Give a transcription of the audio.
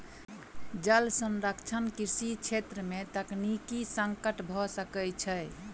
जल संरक्षण कृषि छेत्र में तकनीकी संकट भ सकै छै